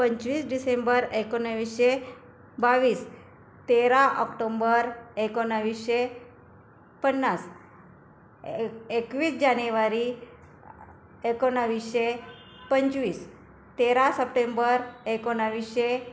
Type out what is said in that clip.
पंचवीस डिसेंबर एकोणविसशे बावीस तेरा आक्टोंबर एकोणविसशे पन्नास ए एकवीस जानेवारी एकोणविसशे पंचवीस तेरा सप्टेंबर एकोणविसशे